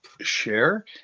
share